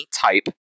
type